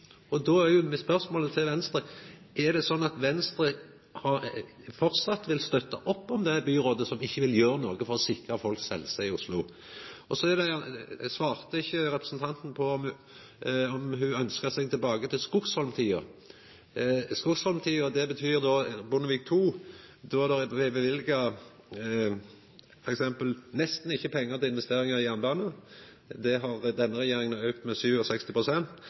Og då er spørsmålet til Venstre: Er det sånn at Venstre framleis vil støtte opp om det byrådet, som ikkje vil gjera noko for å sikra folks helse i Oslo? Så svarte ikkje representanten på om ho ønskte seg tilbake til Skogsholm-tida. Skogsholm-tida betyr Bondevik II, då det nesten ikkje blei løyvd pengar til investeringar i jernbane. Det har denne regjeringa auka med